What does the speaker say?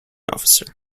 officer